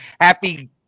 Happy